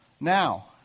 Now